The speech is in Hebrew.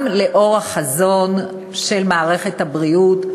גם לאור החזון של מערכת הבריאות,